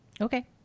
Okay